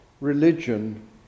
religion